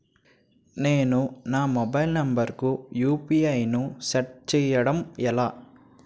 నేను నా mobile number కుయు.పి.ఐ ను సెట్ చేయడం ఎలా?